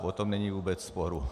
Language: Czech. O tom není vůbec sporu.